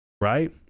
right